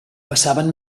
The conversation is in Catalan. passaven